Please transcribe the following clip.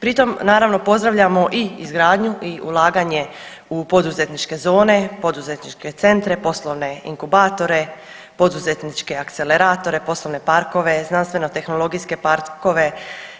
Pri tom naravno pozdravljamo i izgradnju i ulaganje u poduzetničke zone, poduzetničke centre, poslovne inkubatore, poduzetničke akceleratore, poslovne parkove, znanstveno tehnologijske parkove,